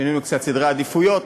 שינינו קצת סדרי עדיפויות.